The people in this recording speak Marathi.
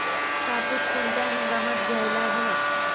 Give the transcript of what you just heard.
कापूस कोणत्या हंगामात घ्यायला हवा?